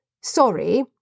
Sorry